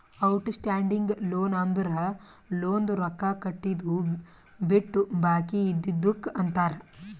out standing loan ಅಂದುರ್ ಲೋನ್ದು ರೊಕ್ಕಾ ಕಟ್ಟಿದು ಬಿಟ್ಟು ಬಾಕಿ ಇದ್ದಿದುಕ್ ಅಂತಾರ್